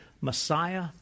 Messiah